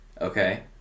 Okay